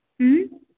હમ